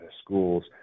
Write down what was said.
schools